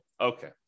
Okay